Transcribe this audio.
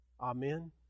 Amen